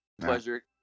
Pleasure